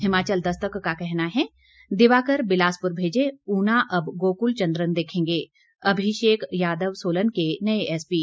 हिमाचल दस्तक का कहना है दिवाकर बिलासपुर मेजे ऊना अब गोकुलचंद्रन देखेंगे अभिषेक यादव सोलन के नए एसपी